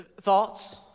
Thoughts